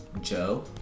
joe